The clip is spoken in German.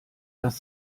das